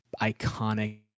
iconic